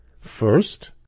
First